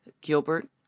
Gilbert